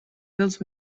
dels